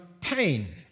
pain